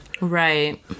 Right